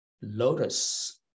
lotus